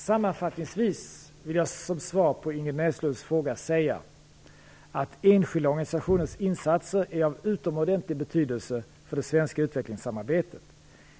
Sammanfattningsvis vill jag som svar på Ingrid Näslunds fråga säga att enskilda organisationers insatser är av utomordentlig betydelse för det svenska utvecklingssamarbetet.